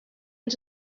and